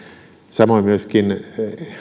samoin myöskin